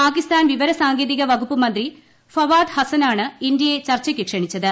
പാകിസ്ഥാൻ വിവരസാങ്കേതിക വകുപ്പ് മന്ത്രി ഫവാദ് ഹസനാണ് ഇന്ത്യയെ ചർച്ചയ്ക്ക് ക്ഷണിച്ചത്